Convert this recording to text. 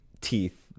teeth